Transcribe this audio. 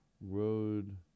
road